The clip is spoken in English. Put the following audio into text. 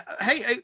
hey